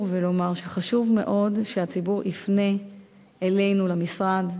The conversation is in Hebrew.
ולומר שחשוב מאוד שהציבור יפנה אלינו למשרד,